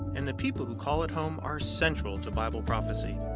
and the people who call it home, are central to bible prophecy.